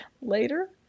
Later